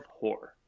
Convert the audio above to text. horror